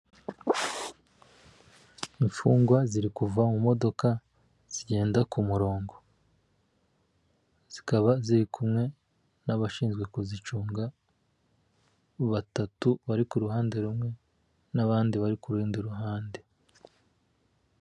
Imfungwa ziri kuva mu modoka zigenda ku murongo zikaba ziri kumwe n'abashinzwe kuzicunga batatu bari ku ruhande rumwe n'abandi bari ku rundi ruhande.